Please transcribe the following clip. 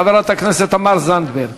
חברת הכנסת תמר זנדברג.